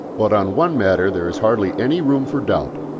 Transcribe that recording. but on one matter there is hardly any room for doubt,